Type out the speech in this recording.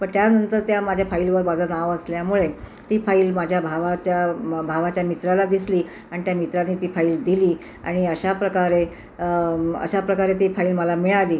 पण त्यानंतर त्या माझ्या फाईलवर माझं नाव असल्यामुळे ती फाईल माझ्या भावाच्या भावाच्या मित्राला दिसली आणि त्या मित्राने ती फाईल दिली आणि अशाप्रकारे अशाप्रकारे ती फाईल मला मिळाली